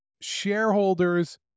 shareholders